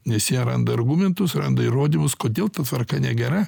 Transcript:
nes jie randa argumentus randa įrodymus kodėl ta tvarka negera